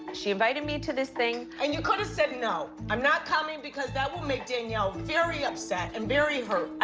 she invited me to this thing and you coulda said, no. i'm not coming because that would make danielle very upset and very hurt.